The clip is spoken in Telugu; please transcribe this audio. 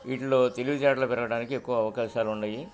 ఇటిలో తెలివి చాట్లు పెరగడానికి ఎక్కువ అవకాశాలు ఉన్నాయి